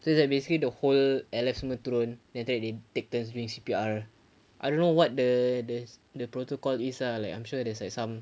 so like basically the whole and then semua turun then after that they take turns doing C_P_R I don't know what the the the protocol is ah like I'm sure there's like some